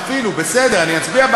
ולשכירות.